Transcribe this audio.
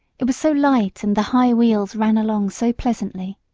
it was so light and the high wheels ran along so pleasantly.